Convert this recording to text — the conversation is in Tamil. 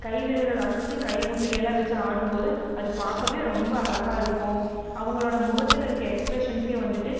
கைவிரல்கள் அசைச்சி கை முத்திரை எல்லாம் வச்சு ஆடும்போது அது பார்க்கவே ரொம்ப அழகாக இருக்கும் அவங்களோடய முகத்தில் இருக்கற ஃபேஸ் எக்ஸ்ப்ரெஷன்ஸே வந்துட்டு